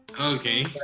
Okay